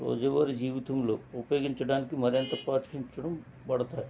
రోజువారీ జీవితంలో ఉపయోగించడానికి మరింత ప్రోత్సహించబడతాయి